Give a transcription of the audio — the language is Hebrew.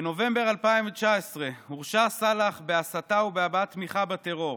בנובמבר 2019 הורשע סלאח בהסתה ובהבעת תמיכה בטרור